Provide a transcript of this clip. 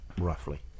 roughly